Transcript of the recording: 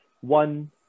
one